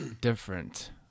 different